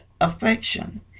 affection